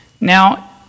Now